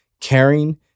caring